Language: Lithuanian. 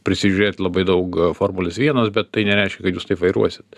prisižiūrėt labai daug formulės vienas bet tai nereiškia kad jūs taip vairuosit